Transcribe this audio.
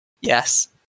Yes